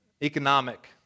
economic